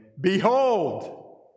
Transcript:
Behold